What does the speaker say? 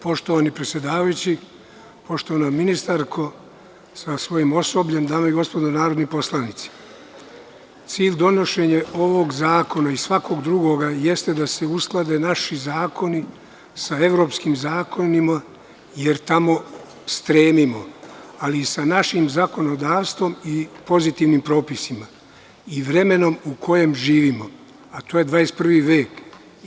Poštovani predsedavajući, poštovana ministarko sa svojim osobljem, dame i gospodo narodni poslanici, cilj donošenja ovog zakona, i svakog drugog, jeste da se usklade naši zakoni sa evropskim zakonima, jer tamo stremimo, ali i sa našim zakonodavstvom i pozitivnim propisima i vremenom u kojem živimo, a to je 21. vek.